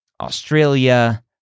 Australia